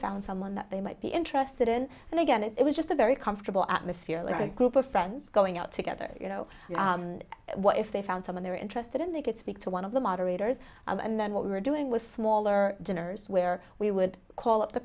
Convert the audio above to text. found someone that they might be interested in and again it was just a very comfortable atmosphere a group of friends going out together you know what if they found someone they were interested in they could speak to one of the moderators and then what we were doing was smaller dinners where we would call up the